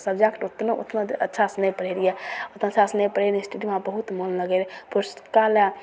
subject ओतना ओतना अच्छासे नहि पढ़ै रहिए ओतना अच्छासे नहि पढ़ै रहिए हिस्ट्रीमे हमरा बहुत मोन लागै रहै पुस्तकालय